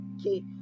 Okay